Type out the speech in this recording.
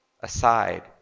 aside